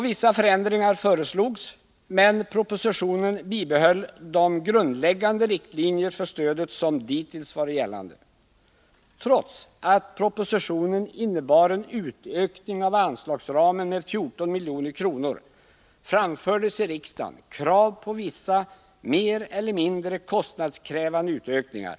Vissa förändringar föreslogs, men propositionen bibehöll de grundläggande riktlinjer för stödet som dittills varit gällande. Trots att propositionen innebar en utökning av anslagsramen med 14 milj.kr., framfördes i riksdagen krav på vissa mer eller mindre kostnadskrävande utökningar.